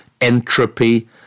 entropy